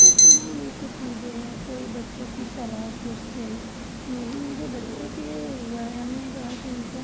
तो तमाम ऐसी चीज़ें हैं कोई बच्चों की सलाह पूछते हैं कि मैडम मुझे बच्चों के ये हुआ है हमने कहा कि उनका